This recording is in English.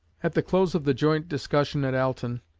at the close of the joint discussion at alton,